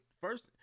first